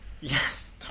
Yes